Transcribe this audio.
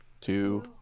two